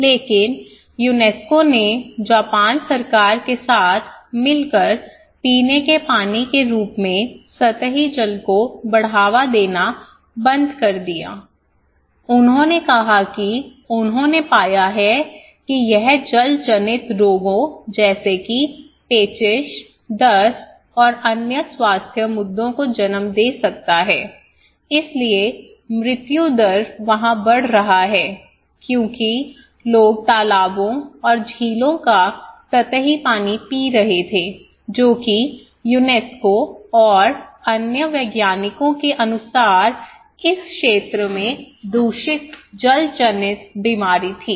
लेकिन यूनेस्को ने जापान सरकार के साथ मिलकर पीने के पानी के रूप में सतही जल को बढ़ावा देना बंद कर दिया उन्होंने कहा कि उन्होंने पाया है कि यह जलजनित रोगों जैसे कि पेचिश दस्त और अन्य स्वास्थ्य मुद्दों को जन्म दे सकता है इसलिए मृत्यु दर वहां बढ़ रहा है क्योंकि लोग तालाबों और झीलों का सतही पानी पी रहे थे जो कि यूनेस्को और अन्य वैज्ञानिकों के अनुसार इस क्षेत्र में दूषित जलजनित बीमारी थी